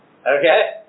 Okay